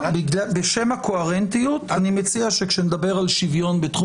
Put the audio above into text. בשם הקוהרנטיות אני מציע שכאשר נדבר על שוויון בחום